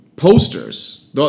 Posters